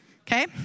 Okay